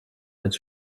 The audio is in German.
als